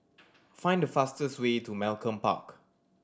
find the fastest way to Malcolm Park